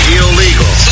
illegal